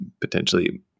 potentially